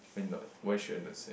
why not why should I not sign up